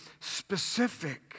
specific